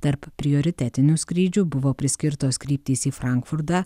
tarp prioritetinių skrydžių buvo priskirtos kryptys į frankfurtą